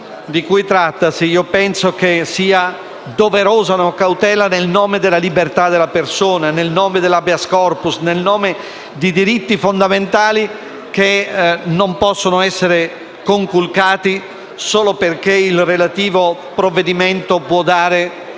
di cui trattatasi, sia doverosa una cautela nel nome della libertà della persona, nel nome dell'*habeas corpus*, nel nome di diritti fondamentali che non possono essere conculcati solo perché il relativo provvedimento può dare